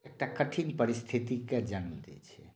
एकटा कठिन परिस्थितिकेँ जन्म दै छै